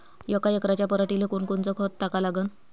यका एकराच्या पराटीले कोनकोनचं खत टाका लागन?